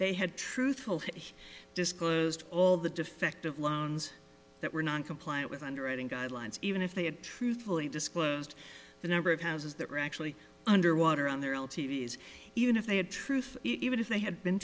they had truthful he disclosed all the defective loans that were non compliant with underwriting guidelines even if they had truthfully disclosed the number of houses that were actually underwater on their own t v s even if they had truth even if they had been